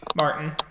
Martin